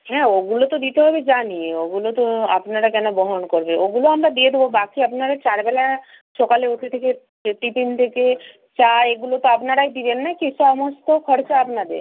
হ্যাঁ ওগুলো তো দিতে হবে জানি ওগুলো তো আপনারা কেন বহন করবে ওগুলো আমরা দিয়ে দেবো বাকি আপনারা চারবেলা সকালে উঠে থেকে টিফিন থেকে চা এগুলো তো আপনারাই দেবেন না কি সমস্ত খরচা আপনাদের